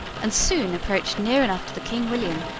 and soon approached near enough to the king william,